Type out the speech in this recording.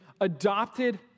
adopted